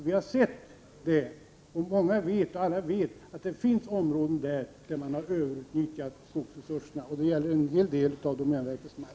Vi har sett — och alla vet — att det finns områden där man har överutnyttjat skogsresurserna, och det gäller en hel del av domänverkets mark.